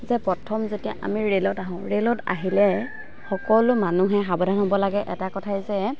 যে প্ৰথম যেতিয়া আমি ৰে'লত আহোঁ ৰে'লত আহিলে সকলো মানুহে সাৱধান হ'ব লাগে এটা কথাই যে